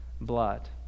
blood